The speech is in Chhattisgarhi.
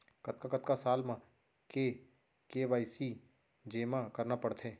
कतका कतका साल म के के.वाई.सी जेमा करना पड़थे?